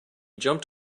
jumped